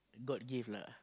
god gift lah